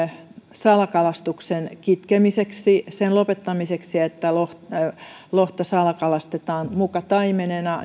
salakalastuksen kitkemiseksi sen lopettamiseksi että lohta salakalastetaan muka taimenena